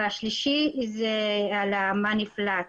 והשלישי זה על מה נפלט,